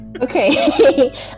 Okay